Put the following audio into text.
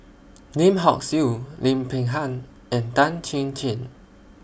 Lim Hock Siew Lim Peng Han and Tan Chin Chin